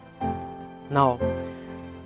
Now